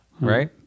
right